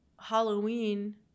Halloween